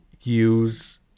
use